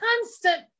constant